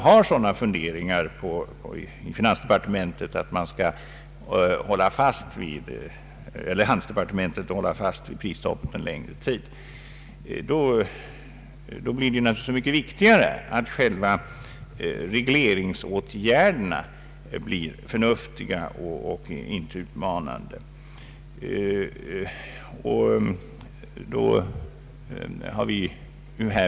Om man inom handelsdepartementet och regeringen i övrigt har funderingar på att hålla fast vid prisstoppet en längre tid, blir det så mycket viktigare att själva regleringsåtgärderna blir förnuftiga och inte utmanande.